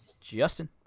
Justin